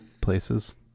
places